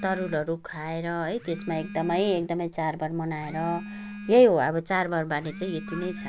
तरुलहरू खाएर है त्यसमा एकदमै एकदमै चाडबाड मनाएर यही हो अब चाडबाडबारे चाहिँ यति नै छ